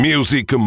Music